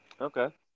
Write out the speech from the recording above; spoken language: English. Okay